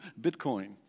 Bitcoin